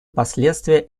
последствия